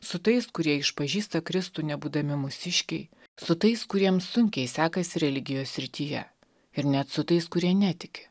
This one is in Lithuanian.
su tais kurie išpažįsta kristų nebūdami mūsiškiai su tais kuriems sunkiai sekasi religijos srityje ir net su tais kurie netiki